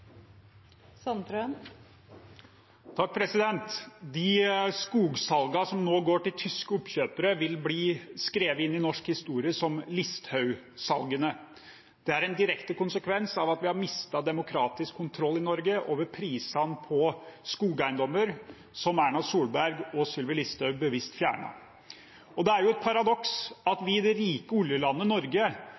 De skogsalgene som nå går til tyske oppkjøpere, vil bli skrevet inn i norsk historie som «Listhaug-salgene». Det er en direkte konsekvens av at vi har mistet demokratisk kontroll i Norge over prisene på skogeiendommer, som Erna Solberg og Sylvi Listhaug bevisst fjernet. Det er et paradoks at vi i det rike oljelandet Norge